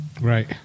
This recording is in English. Right